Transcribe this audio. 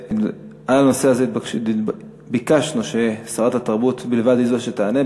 לנושא הזה ביקשנו ששרת התרבות בלבד היא זאת שתענה.